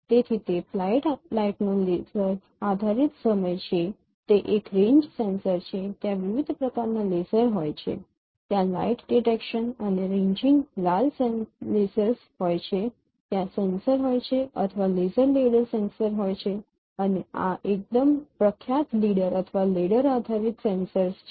તેથી તે ફ્લાઇટ લાઇટનો લેસર આધારિત સમય છે તે એક રેન્જ સેન્સર છે ત્યાં વિવિધ પ્રકારનાં લેસર હોય છે ત્યાં લાઇટ ડિટેક્શન અને રેન્જિંગ લાલ લેસર્સ હોય છે ત્યાં સેન્સર હોય છે અથવા લેસર લેડર સેન્સર હોય છે અને આ એકદમ પ્રખ્યાત લિડર અથવા લેડર આધારિત સેન્સર છે